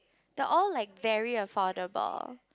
the all like very affordable